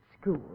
school